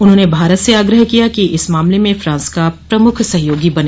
उन्होंने भारत से आग्रह किया कि वह इस मामले में फ्रांस का प्रमुख सहयोगी बने